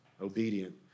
obedient